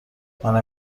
منم